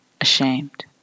ashamed